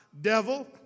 Devil